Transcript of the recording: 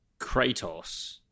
Kratos